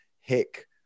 Hick